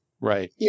Right